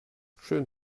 schön